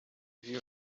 view